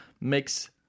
makes